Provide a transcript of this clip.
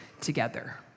together